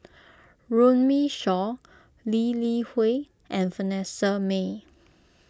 Runme Shaw Lee Li Hui and Vanessa Mae